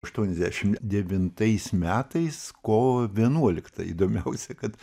aštuoniasdešim devintais metais kovo vienuoliktą įdomiausia kad